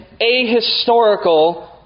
ahistorical